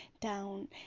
down